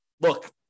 look